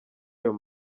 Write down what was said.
ayo